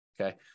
okay